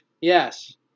Yes